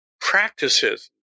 practices